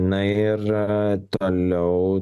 na ir toliau